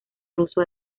ruso